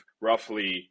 roughly